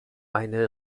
eine